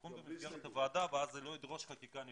תיקון במסגרת הוועדה ואז זה לא ידרוש חקיקה נפרדת.